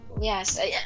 yes